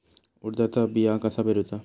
उडदाचा बिया कसा पेरूचा?